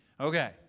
Okay